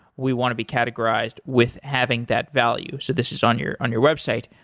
we want to be categorized with having that value. so this is on your on your website.